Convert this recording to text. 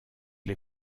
les